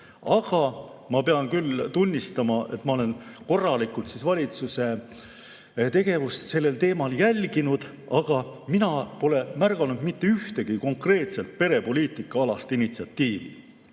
aga ma pean küll tunnistama, et ma olen korralikult valitsuse tegevust selles valdkonnas jälginud ja mina pole märganud mitte ühtegi konkreetset perepoliitikaalast initsiatiivi.